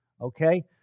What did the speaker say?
Okay